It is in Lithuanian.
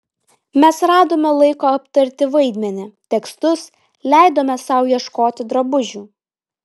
mes radome laiko aptarti vaidmenį tekstus leidome sau ieškoti drabužių